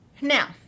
Now